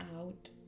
out